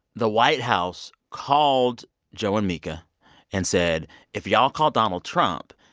the white house called joe and mika and said if y'all call donald trump,